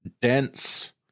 dense